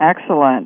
Excellent